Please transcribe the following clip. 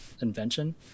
invention